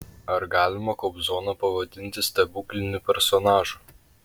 ar galima kobzoną pavadinti stebukliniu personažu